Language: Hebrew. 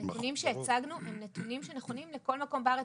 נתונים שהצגנו הם נתונים שהם נכונים לכל מקום בארץ